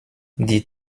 die